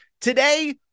Today